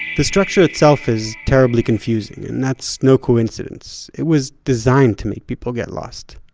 the structure itself is terribly confusing and that's no coincidence. it was designed to make people get lost.